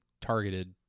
targeted